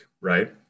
Right